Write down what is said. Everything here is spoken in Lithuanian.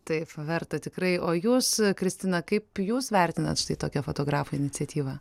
taip verta tikrai o jūs kristina kaip jūs vertinat štai tokią fotografų iniciatyvą